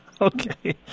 Okay